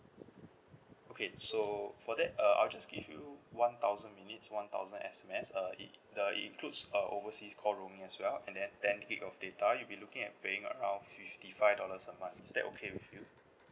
okay so for that uh I'll just give you one thousand minutes one thousand S_M_S uh it uh it includes uh overseas call roaming as well and then ten gig of data you'll be looking at paying around fifty five dollars a month is that okay with you